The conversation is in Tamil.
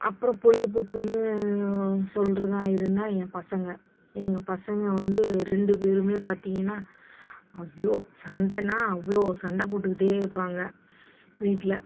அப்றம் பொழுதுப்போக்குன்னு சொல்லுறதா இருந்தால் என் பசங்கள் எங்கள் பசங்கள் வந்து ரெண்டு பேரும் பார்த்தீங்கனா அவ்வளோ சண்டைன்னா அவ்வளோ சண்டை போட்டுக்கிட்டு இருப்பாங்க வீட்டில்